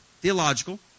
Theological